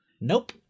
Nope